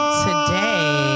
today